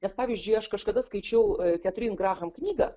nes pavyzdžiui aš kažkada skaičiau ketrin graham knygą